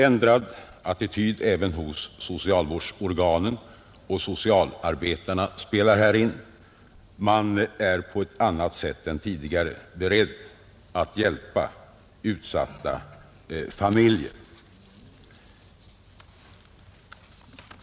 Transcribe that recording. Ändrad attityd även hos socialvårdsorganen och socialarbetarna spelar här in. Man är på ett annat sätt än tidigare beredd att hjälpa utsatta familjer.